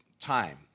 time